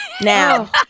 Now